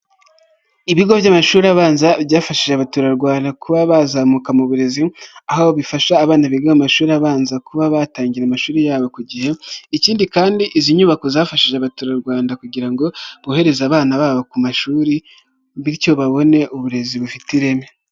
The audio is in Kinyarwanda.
Ibigo by'amashuri abanza byafashije abaturarwanda kuba bazamuka mu burezi, aho bifasha abana biga amashuri abanza kuba batangira amashuri yabo ku gihe, ikindi kandi izi nyubako zafashije abaturarwanda kugira ngo bohereze abana babo ku mashuri, bityo babone uburezi bufite ireme.